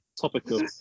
Topical